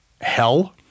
hell